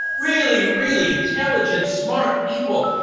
really, really intelligent, smart people.